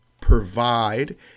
provide